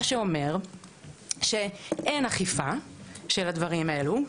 מה שאומר שאין אכיפה של הדברים האלו,